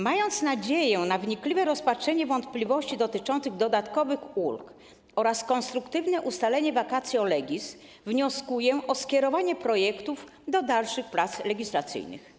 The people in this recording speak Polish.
Mając nadzieję na wnikliwe rozpatrzenie wątpliwości dotyczących dodatkowych ulg oraz konstruktywne ustalenie vacatio legis, wnioskuję o skierowanie projektów do dalszych prac legislacyjnych.